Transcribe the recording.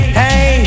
hey